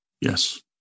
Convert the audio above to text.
Yes